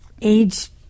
age